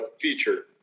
feature